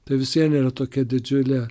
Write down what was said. ta vis vien yra tokia didžiulė